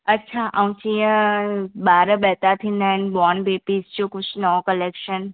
अच्छा ऐं जीअं ॿार पैदा थींदा आहिनि बोन बेबिज़ जो कुझु नओं कलेक्शन